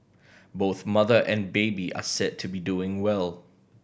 both mother and baby are said to be doing well